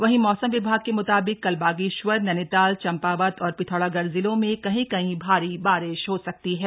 वहीं मौसम विभाग के मुताबिक कल बागेश्वर नैनीताल चंपावत और पिथौरागढ़ जिलों में कहीं कहीं भारी बारिश हो सकती है